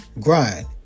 grind